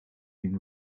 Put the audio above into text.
been